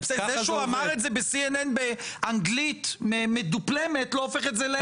זה שהוא אמר את זה ב-CNN באנגלית מדופלמת לא הופך את זה לאמת.